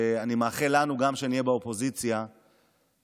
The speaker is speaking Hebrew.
ואני מאחל לנו שגם כשנהיה באופוזיציה נצליח